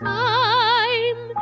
time